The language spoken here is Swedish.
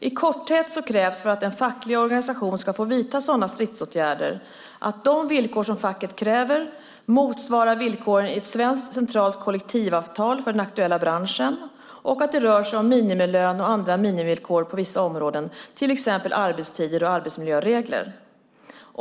I korthet krävs för att en facklig organisation ska få vidta sådana stridsåtgärder att de villkor som facket kräver motsvarar villkoren för ett svenskt centralt kollektivavtal för den aktuella branschen och att det rör sig om minimilön och andra minimivillkor på vissa områden, till exempel regler för arbetstider och arbetsmiljö.